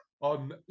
on